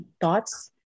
Thoughts